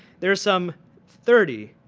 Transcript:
there are some thirty